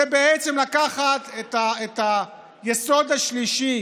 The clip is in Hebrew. זה בעצם לקחת את היסוד השלישי,